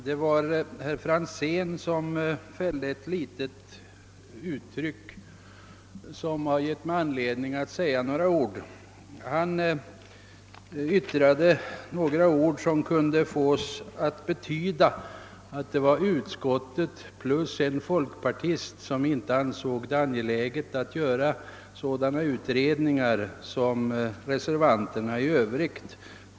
Herr talman! Herr Franzén i Motala gjorde ett uttalande som ger mig anledning att säga några ord. Han yttrade något som kunde tydas så att utskottet plus en folkpartist inte ansåg det angeläget att företa sådana utredningar som reservanterna har förordat.